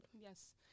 Yes